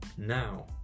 Now